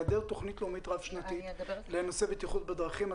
הוא היעדר תוכנית לאומית רב-שנתית לנושא בטיחות בדרכים.